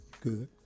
Good